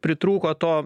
pritrūko to